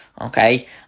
Okay